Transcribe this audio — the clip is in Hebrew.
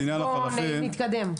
אז בוא נתקדם.